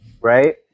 Right